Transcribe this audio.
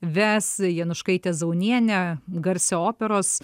ves januškaitę zaunienę garsią operos